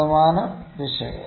ശതമാനം പിശക്